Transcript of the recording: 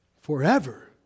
forever